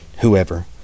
whoever